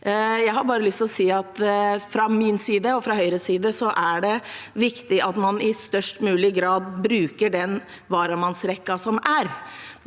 Jeg har bare lyst til å si at fra min og Høyres side er det viktig at man i størst mulig grad bruker den varamannsrekken som er,